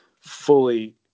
fully